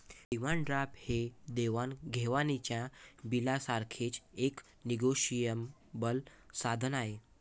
demand draft हे देवाण घेवाणीच्या बिलासारखेच एक निगोशिएबल साधन आहे